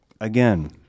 Again